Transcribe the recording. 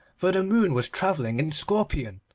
for the moon was travelling in scorpion.